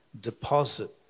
Deposit